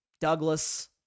Douglas